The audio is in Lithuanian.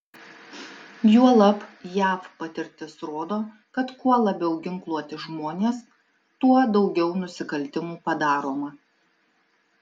juolab jav patirtis rodo kad kuo labiau ginkluoti žmonės tuo daugiau nusikaltimų padaroma